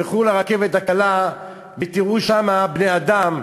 תלכו לרכבת הקלה ותראו שם בני-אדם,